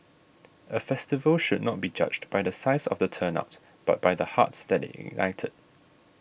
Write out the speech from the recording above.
a festival should not be judged by the size of the turnout but by the hearts that it ignited